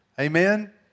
Amen